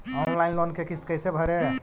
Online loan के किस्त कैसे भरे?